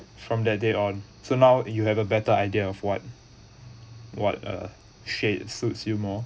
from that day on so now you have a better idea of what what uh shade suits you more